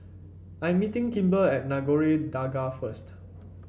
I'm meeting Kimber at Nagore Dargah first